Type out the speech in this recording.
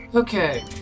Okay